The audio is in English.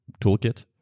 toolkit